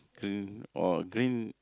green or green